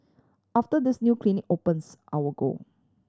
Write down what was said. after this new clinic opens I will go